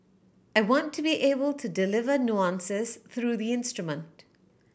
I want to be able to deliver nuances through the instrument